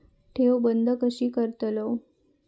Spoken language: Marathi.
ठेव बंद कशी करतलव?